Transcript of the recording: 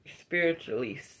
Spiritually